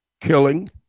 killing